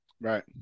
Right